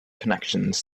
connections